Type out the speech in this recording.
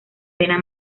pena